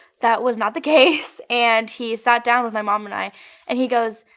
that was not the case, and he sat down with my mom and i and he goes,